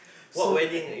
so grand